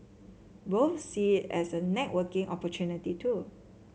both see it as a networking opportunity too